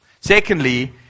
Secondly